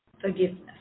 forgiveness